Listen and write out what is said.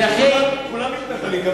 בעיני הפלסטינים כולם מתנחלים.